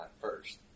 first